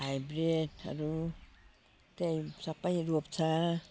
हाइब्रिडहरू त्यही सबै रोप्छ